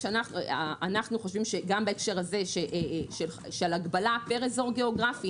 גם בהקשר הזה של הגבלה פר אזור גיאוגרפי,